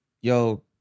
yo